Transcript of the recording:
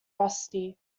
rusty